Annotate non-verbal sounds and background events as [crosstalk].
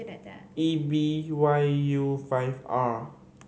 [noise] E B Y U five R